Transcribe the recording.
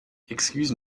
excuse